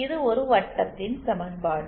இது ஒரு வட்டத்தின் சமன்பாடு